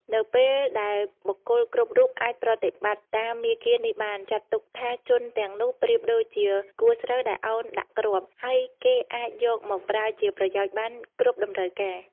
នៅពេល ដែលបុគ្គលគ្រប់រូបអាចប្រតិបត្តិតាមមាគ៌ានេះបាន ចាត់ទុកថាជន ទាំងនោះប្រៀបដូចជាគួរស្រូវដែលឱនដាក់គ្រាប់ ហើយគេអាចយកមកប្រើជាប្រយោជន៍បាន គ្រប់តម្រូវការ។